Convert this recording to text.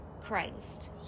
christ